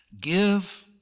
give